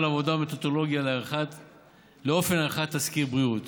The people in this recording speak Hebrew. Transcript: עבודה ומתודולוגיה לאופן עריכת תסקיר בריאות,